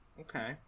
okay